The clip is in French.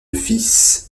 fils